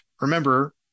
Remember